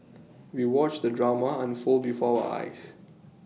we watched the drama unfold before our eyes